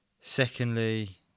Secondly